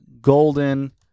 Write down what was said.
golden